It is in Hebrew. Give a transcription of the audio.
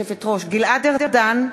גלעד ארדן,